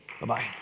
Bye-bye